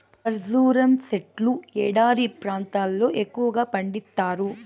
ఖర్జూరం సెట్లు ఎడారి ప్రాంతాల్లో ఎక్కువగా పండిత్తారు